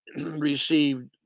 received